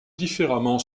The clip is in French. différemment